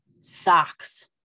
socks